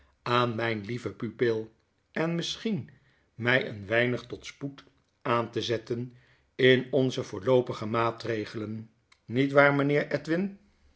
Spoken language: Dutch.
aan mijn lieve pupil enmisschien my een weinig tot spoed aan te zetten in onze voorloopige maatregelen niet waar mynheer edwin